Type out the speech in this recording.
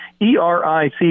eric